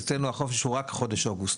אצלנו החופש הוא רק חודש אוגוסט.